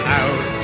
out